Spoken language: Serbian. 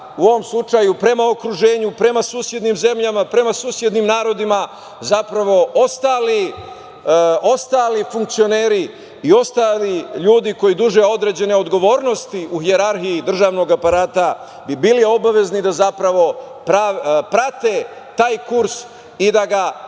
u ovom slučaju prema okruženju, prema susednim zemljama, prema susednim narodima, zapravo ostali funkcioneri i ostali ljudi koji duže određene odgovornosti u hijerarhiji državnog aparata bi bili obavezni da zapravo prate taj kurs i da ga implementiraju